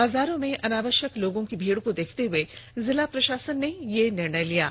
बाजारों में अनावश्यक लोगों की भीड़ को देखते हए जिला प्रशासन ने यह निर्णय लिया है